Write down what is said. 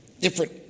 Different